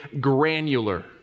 granular